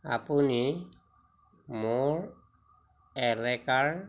আপুনি মোৰ এলেকাৰ